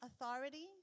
authority